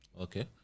okay